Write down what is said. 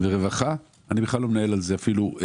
ורווחה אני בכלל לא מנהל עליו דיאלוג.